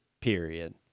period